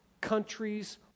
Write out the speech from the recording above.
Countries